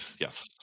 Yes